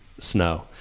snow